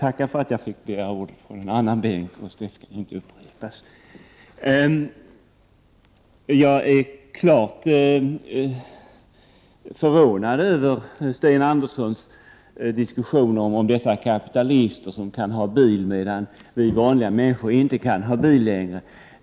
Herr talman! Jag är klart förvånad över Sten Anderssons i Malmö diskussioner om dessa kapitalister som kan ha bil, medan vi vanliga människor inte kan ha bil längre.